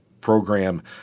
program